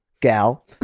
Gal